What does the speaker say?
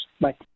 bye